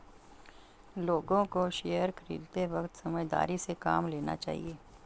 लोगों को शेयर खरीदते वक्त समझदारी से काम लेना चाहिए